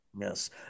yes